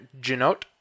Genote